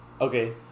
Okay